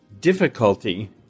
difficulty